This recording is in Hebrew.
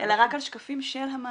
אלא רק על שקפים של המערכת.